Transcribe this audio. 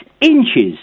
inches